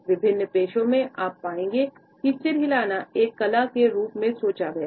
विभिन्न पेशों में आप पाएंगे कि सिर हिलाना एक कला के रूप में सोचा गया है